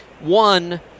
One